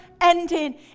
ending